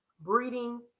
breeding